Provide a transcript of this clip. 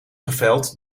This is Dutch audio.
geveld